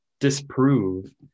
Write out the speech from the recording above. disprove